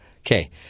Okay